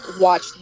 watch